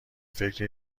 فکر